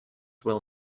will